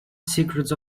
secrets